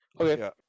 Okay